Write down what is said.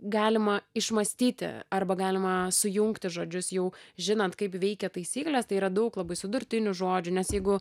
galima išmąstyti arba galima sujungti žodžius jau žinant kaip veikia taisyklės tai yra daug labai sudurtinių žodžių nes jeigu